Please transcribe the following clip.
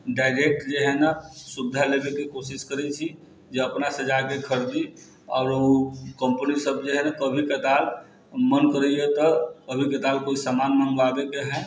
direct जे हइ ने सुविधा लेबैके कोशिश करै छी जे अपनासँ जाके खरीदी आओर ओ कम्पनीसब जे हइ ने कभी कताल मन करैए तऽ कभी कताल कोइ सामान मँगबाबैके हइ